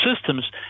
systems